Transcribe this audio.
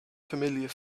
familiar